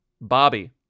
Bobby